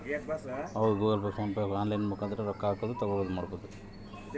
Google Pay PhonePe ಕೂಡ online ರೊಕ್ಕ ಹಕೊದೆ